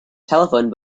telephone